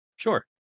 Sure